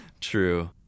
true